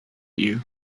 you